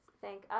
thank